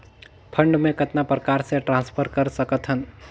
Fund मे कतना प्रकार से ट्रांसफर कर सकत हन?